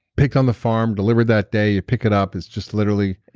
picked on the farm, delivered that day. you pick it up. it's just literally.